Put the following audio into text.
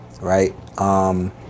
right